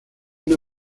una